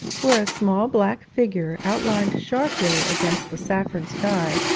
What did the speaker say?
where a small black figure, outlined sharply against the saffron sky,